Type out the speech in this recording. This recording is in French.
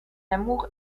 amour